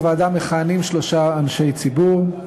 בוועדה מכהנים שלושה אנשי ציבור,